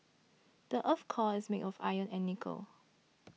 the earth's core is made of iron and nickel